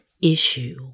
issue